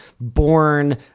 born